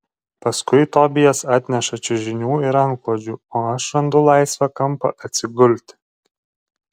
paskui tobijas atneša čiužinių ir antklodžių o aš randu laisvą kampą atsigulti